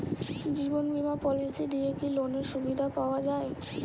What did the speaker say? জীবন বীমা পলিসি দিয়ে কি লোনের সুবিধা পাওয়া যায়?